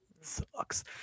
sucks